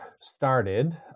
started